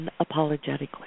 unapologetically